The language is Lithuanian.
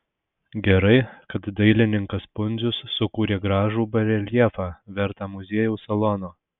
gerai kad dailininkas pundzius sukūrė gražų bareljefą vertą muziejaus salono